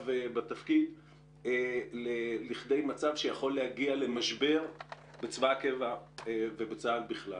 בתפקיד לכדי מצב שיכול להגיע למשבר בצבא הקבע ובצה"ל בכלל.